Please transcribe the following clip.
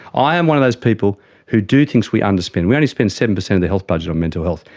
i am one of those people who do thinks we underspend. we only spent seven percent of the health budget on mental health.